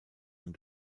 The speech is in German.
und